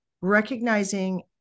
recognizing